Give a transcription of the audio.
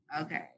Okay